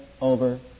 over